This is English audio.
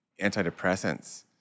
antidepressants